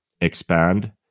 expand